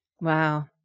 Wow